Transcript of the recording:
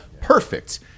perfect